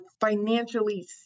financially